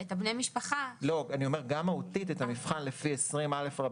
גם מהותית את המבחן לפי סעיף 20א(ב),